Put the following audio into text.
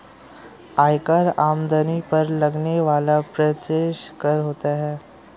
आयकर आमदनी पर लगने वाला प्रत्यक्ष कर होता है